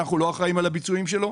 אנחנו לא אחראים על הביצועים שלו.